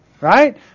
right